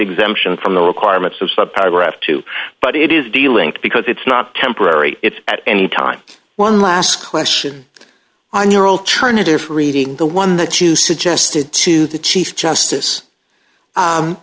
exemption from the requirements of the paragraph two but it is dealing because it's not temporary it's at any time one last question on your alternative reading the one that you suggested to the chief justice